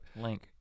Link